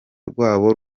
rwabo